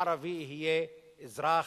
הערבי יהיה אזרח,